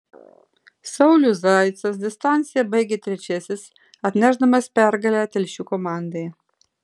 saulius zaicas distanciją baigė trečiasis atnešdamas pergalę telšių komandai